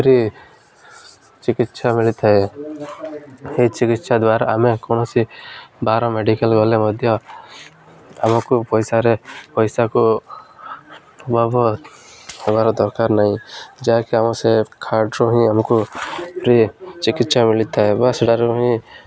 free ଚିକିତ୍ସା ମିଳିଥାଏ ଏହି ଚିକିତ୍ସା ଦ୍ୱାରା ଆମେ କୌଣସି ବାହାର ମେଡ଼ିକାଲ ଗଲେ ମଧ୍ୟ ଆମକୁ ପଇସାରେ ପଇସାକୁ ହେବାର ଦରକାର ନାହିଁ ଯାହାକି ଆମ ସେ କାର୍ଡ଼ରୁ ହିଁ ଆମକୁ ଫ୍ରି ଚିକିତ୍ସା ମିଳିଥାଏ ବା ସେଠାରୁ ହିଁ